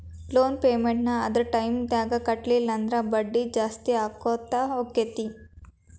loan payment ನ್ನ ಅದರ್ ಟೈಮ್ದಾಗ್ ಕಟ್ಲಿಲ್ಲಂದ್ರ ಬಡ್ಡಿ ಜಾಸ್ತಿಅಕ್ಕೊತ್ ಹೊಕ್ಕೇತಿ